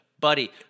Buddy